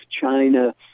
China